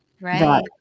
Right